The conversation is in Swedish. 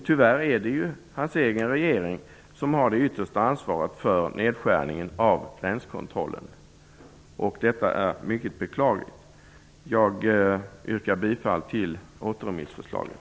Tyvärr är det hans egen regering som har det yttersta ansvaret för nedskärningen av gränskontrollen, och detta är mycket beklagligt. Jag yrkar bifall till återremissförslaget.